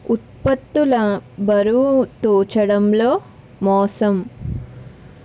ఉత్పత్తుల బరువు తూచడంలో మోసం